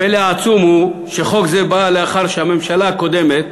הפלא העצום הוא שחוק זה בא לאחר שהממשלה הקודמת,